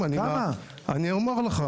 אני אומר לך,